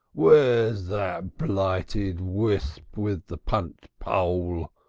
where's that blighted whisp with the punt pole